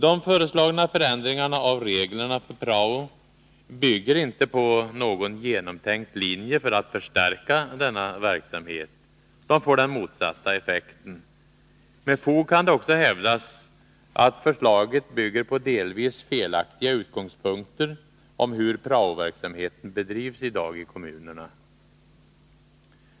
De föreslagna förändringarna av reglerna för praon bygger inte på någon genomtänkt linje för att förstärka denna verksamhet. De får den motsatta effekten. Med fog kan det också hävdas att förslaget bygger på delvis felaktiga utgångspunkter i fråga om hur prao-verksamheten bedrivs i dag i kommunerna.